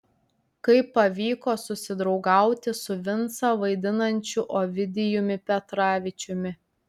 kaip pavyko susidraugauti su vincą vaidinančiu ovidijumi petravičiumi